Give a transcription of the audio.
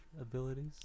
abilities